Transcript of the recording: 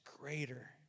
greater